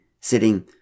sitting